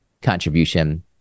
contribution